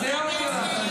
אז הערתי לך.